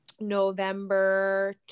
November